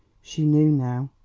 she knew now.